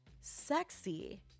sexy